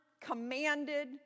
commanded